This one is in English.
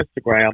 Instagram